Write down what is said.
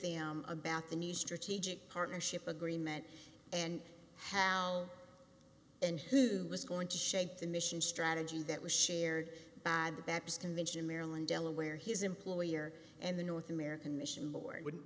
them about the new strategic partnership agreement and have and who was going to shake the mission strategy that was shared by the baptist convention in maryland delaware his employer and the north american mission board wouldn't